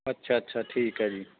ਅੱਛਾ ਅੱਛਾ ਠੀਕ ਹੈ ਜੀ